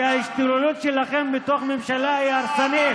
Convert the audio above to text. כי ההשתוללות שלכם מתוך הממשלה היא הרסנית.